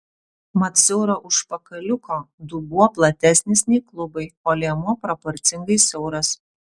mat siauro užpakaliuko dubuo platesnis nei klubai o liemuo proporcingai siauras